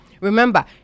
Remember